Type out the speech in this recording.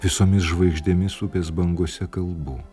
visomis žvaigždėmis upės bangose kalbu